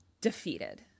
defeated